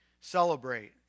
celebrate